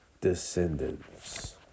descendants